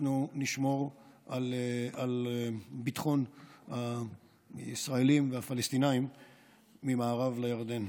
אנחנו נשמור על ביטחון הישראלים והפלסטינים ממערב לירדן.